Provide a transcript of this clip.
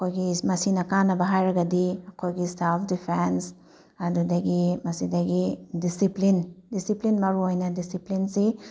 ꯑꯩꯈꯣꯏꯒꯤ ꯃꯁꯤꯅ ꯀꯥꯟꯅꯕ ꯍꯥꯏꯔꯒꯗꯤ ꯑꯩꯈꯣꯏꯒꯤ ꯁꯦꯜꯐ ꯗꯤꯐꯦꯟꯁ ꯑꯗꯨꯗꯒꯤ ꯃꯁꯤꯗꯒꯤ ꯗꯤꯁꯤꯄ꯭ꯂꯤꯟ ꯗꯤꯁꯤꯄ꯭ꯂꯤꯟ ꯃꯔꯨ ꯑꯣꯏꯅ ꯗꯤꯁꯤꯄ꯭ꯂꯤꯟꯁꯤ